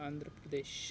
Andhra Pradesh